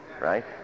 Right